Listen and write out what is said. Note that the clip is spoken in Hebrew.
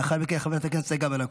לאחר מכן, חברת הכנסת צגה מלקו.